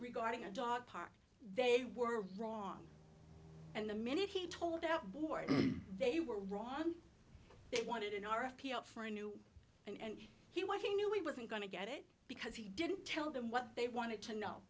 regarding a dog park they were wrong and the minute he told our board they were wrong they wanted an r f p out for a new and he was he knew he wasn't going to get it because he didn't tell them what they wanted to know